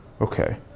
Okay